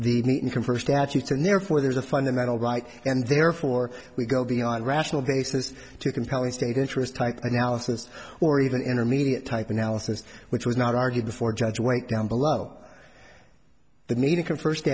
therefore there's a fundamental right and therefore we go beyond rational basis to compelling state interest type analysis or even intermediate type analysis which was not argued before judge went down below the media confer st